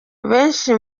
benshi